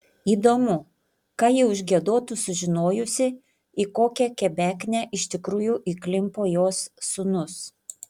įdomu ką ji užgiedotų sužinojusi į kokią kebeknę iš tikrųjų įklimpo jos sūnus